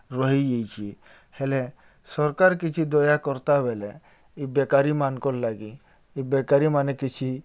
ରହିଯାଇଛେ ହେଲେ ସର୍କାର୍ କିଛି ଦୟାକର୍ତା ବେଲେ ଇ ବେକାରୀମାନଙ୍କର୍ ଲାଗି ଇ ବେକାରୀମାନେ କିଛି